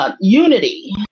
Unity